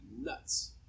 nuts